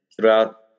throughout